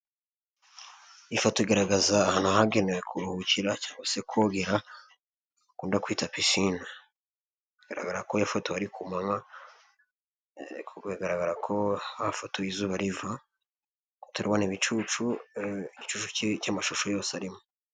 Iyi foto igaragaza ahantu hagenewe kuruhukira cyangwa se kogera bakunda kwita pisine, bigaragara ko hafotowe ari ku mwanywa kuko hafotoye izuba riva, turabona ibicucu, igicucu cy'amashusho yose arimo.